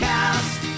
Cast